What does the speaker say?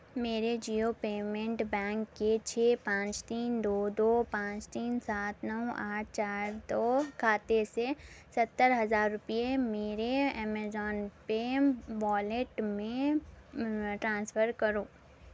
میرے Jio payment bank کے چھ پانچ تین دو دو پانچ تین سات نو آٹھ چار دو کھاتے سے ستر ہزار روپیے میرے ایمیزون پیم وولیٹ میں ٹرانسفر کرو